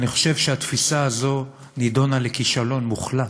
אני חושב שהתפיסה הזו נידונה לכישלון מוחלט.